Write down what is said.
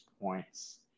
points